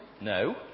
No